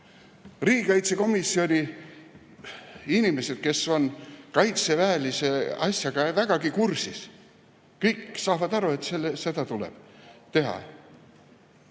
Riigikaitsekomisjoni inimesed, kes on kaitseväelise asjaga vägagi kursis, saavad kõik aru, et seda tuleb teha.